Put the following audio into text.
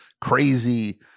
crazy